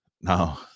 No